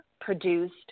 produced